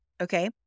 okay